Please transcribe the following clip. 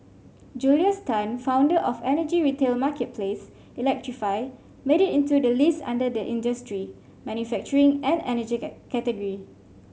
Julius Tan founder of energy retail marketplace Electrify made it into the list under the industry manufacturing and energy category